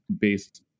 based